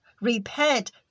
repent